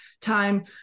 time